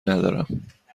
ندارم